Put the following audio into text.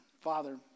Father